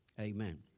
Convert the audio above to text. amen